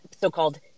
so-called